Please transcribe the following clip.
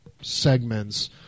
segments